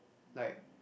like